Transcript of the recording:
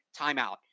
Timeout